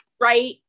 right